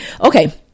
Okay